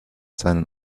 seinen